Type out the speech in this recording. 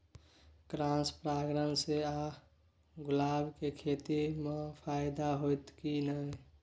Cross परागण से गुलाब के खेती म फायदा होयत की नय?